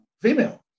female